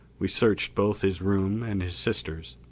we searched both his room and his sister's.